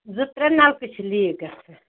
زٕ ترٛےٚ نَلکہٕ چھِ لیٖک گژھان